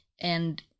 And-